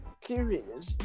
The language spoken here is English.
curious